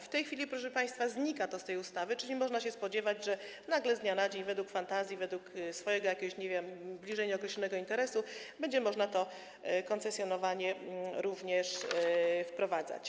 W tej chwili, proszę państwa, znika to z tej ustawy, czyli można się spodziewać, że nagle z dnia na dzień według fantazji, według swojego jakiegoś, nie wiem, bliżej nieokreślonego interesu będzie można to koncesjonowanie również zmieniać.